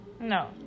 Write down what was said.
No